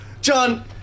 John